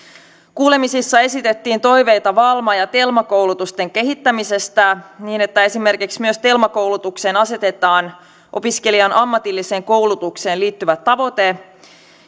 kuulemisissa esitettiin toiveita valma ja telma koulutuksen kehittämisestä niin että esimerkiksi myös telma koulutukseen asetetaan opiskelijan ammatilliseen koulutukseen liittyvä tavoite